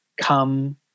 come